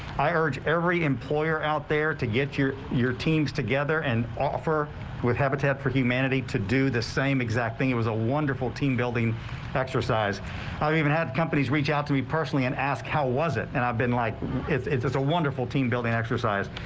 i urge every employer out there to get your your teams together and offer with habitat for humanity to do the same exact thing was a wonderful team building exercise i ah even had companies reach out to me personally and ask how was it and i've been like it was a wonderful team building exercise.